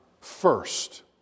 first